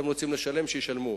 הם רוצים לשלם, שישלמו.